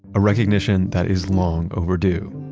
a recognition that is long overdue.